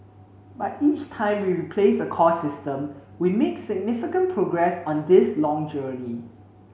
but each time we replace a core system we make significant progress on this long journey